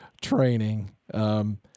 training